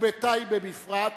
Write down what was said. ובטייבה בפרט,